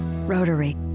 Rotary